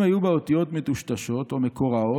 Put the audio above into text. אם "היו בה אותיות מטושטשות או מקורעות,